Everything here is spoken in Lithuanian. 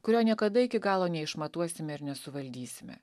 kurio niekada iki galo neišmatuosime ir nesuvaldysime